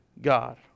God